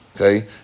Okay